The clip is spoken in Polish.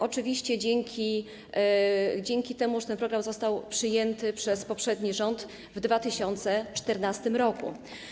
Oczywiście dzięki temu, że ten program został przyjęty przez poprzedni rząd w 2014 r.